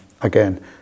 again